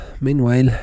Meanwhile